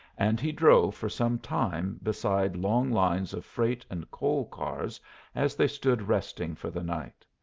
and he drove for some time beside long lines of freight and coal cars as they stood resting for the night.